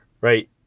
Right